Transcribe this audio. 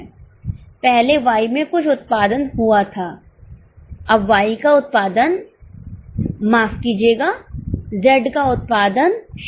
पहले Y में कुछ उत्पादन हुआ था अब Y का उत्पादन माफ कीजिएगा Z का उत्पादन 0 हो गया है